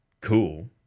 cool